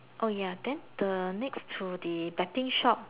oh ya then the next to the betting shop